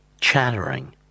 chattering